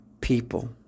people